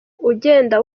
ugenda